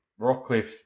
Rockcliffe